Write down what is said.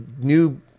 new